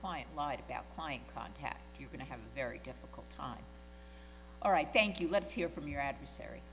client lied about my contact you're going to have a very difficult time all right thank you let's hear from your adversary